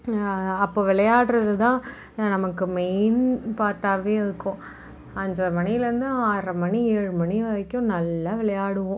அப்போது விளையாடுவது தான் நமக்கு மெயின் பார்ட்டாகவே இருக்கும் அஞ்சரை மணிலேருந்து ஆறரை மணி ஏழு மணி வரைக்கும் நல்லா விளையாடுவோம்